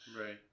Right